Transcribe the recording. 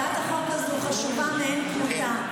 הצעת החוק חשובה מאין כמותה,